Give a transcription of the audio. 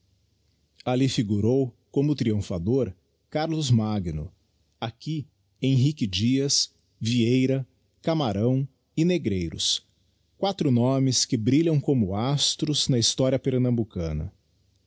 alli figurou como triumphador carlos magno aqui henrique dias vieira camarão e negreiros quatro nomes que brilham como astros na historia pernambucana